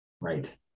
Right